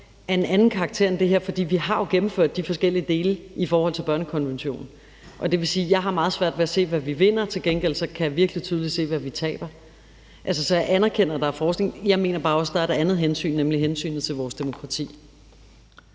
af en anden karakter end det her. For vi har jo gennemført de forskellige dele i forhold til børnekonventionen, og det vil sige, at jeg har meget svært ved at se, hvad vi vinder; til gengæld kan jeg virkelig tydeligt se, hvad vi taber. Så jeg anerkender, at der er forskning, jeg mener bare også, at der er et andet hensyn, nemlig hensynet til vores demokrati.